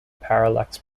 parallax